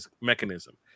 mechanism